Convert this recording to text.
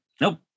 Nope